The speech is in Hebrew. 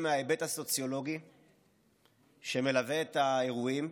מההיבט הסוציולוגי שמלווה את האירועים.